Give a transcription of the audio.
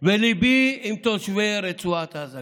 וליבי עם תושבי רצועת עזה,